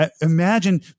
imagine